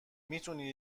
میتونی